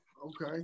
Okay